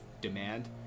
demand